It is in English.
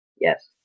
Yes